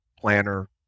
planner